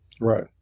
Right